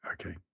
okay